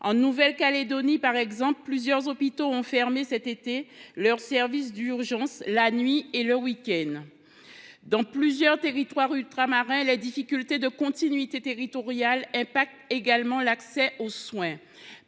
En Nouvelle Calédonie, par exemple, nombre d’hôpitaux ont fermé cet été leur service d’urgences la nuit et le week end. Dans plusieurs territoires ultramarins, les problèmes de continuité territoriale affectent l’accès aux soins.